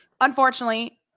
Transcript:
Unfortunately